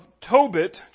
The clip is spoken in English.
Tobit